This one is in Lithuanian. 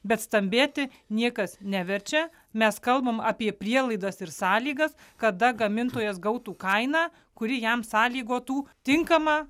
bet stambėti niekas neverčia mes kalbam apie prielaidas ir sąlygas kada gamintojas gautų kainą kuri jam sąlygotų tinkamą